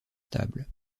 stable